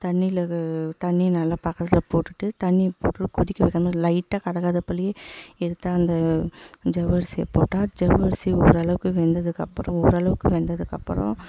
தண்ணியில் இது தண்ணி நல்லா பக்கத்தில் போட்டுவிட்டு தண்ணி போட்டு கொதிக்க வைக்கணும் லைட்டாக கதகதப்பிலயே எடுத்து அந்த ஜவ்வரிசியை போட்டால் ஜவ்வரிசி ஓரளவுக்கு வெந்ததுக்கு அப்பறம் ஓரளவுக்கு வெந்ததுக்கு அப்பறம்